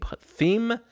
Theme